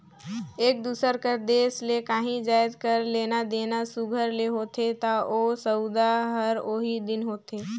एक दूसर कर देस ले काहीं जाएत कर लेना देना सुग्घर ले होथे ता ओ सउदा हर ओही दिन होथे